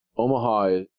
Omaha